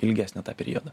ilgesnį tą periodą